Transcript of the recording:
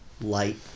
light